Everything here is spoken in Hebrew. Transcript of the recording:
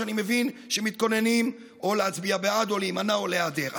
שאני מבין שמתכוננים או להצביע בעד או להימנע או להיעדר,